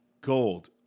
Gold